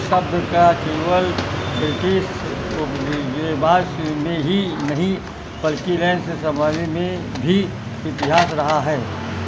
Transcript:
शब्द का केवल ब्रिटिश में ही नहीं बल्कि में भी इतिहास रहा है